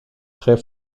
très